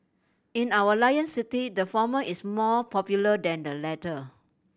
in our Lion City the former is more popular than the latter